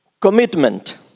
commitment